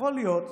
יכול להיות,